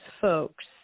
folks